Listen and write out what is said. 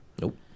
Nope